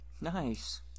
Nice